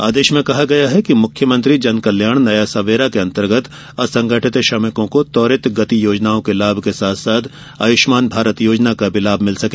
आदेश में कहा गया है कि मुख्यमंत्री जन कल्याण नया सबेरा के अंतर्गत असंगठित श्रमिकों को त्वरित गति योजनाओं के लाभ के साथ साथ आयुष्मान भारत योजना का भी लाभ मिल सके